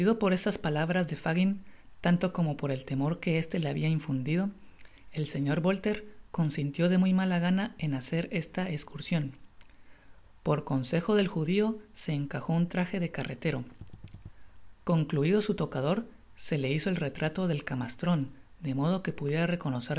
por estas palabras de fagin tanto como por el temor que éste le habia infundido el señor boller consintió de muy malagana en hacer esta escursion por consejo del judio se encajo un traje de carretero concluido su locador se le hizo el retralo del camastron de modo que pudiera reconocerle